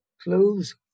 clothes